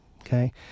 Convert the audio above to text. okay